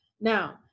Now